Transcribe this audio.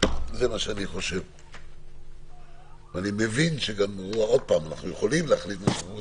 אני מבין שאנחנו יכולים להחליט מה שאנחנו רוצים,